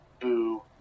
Boo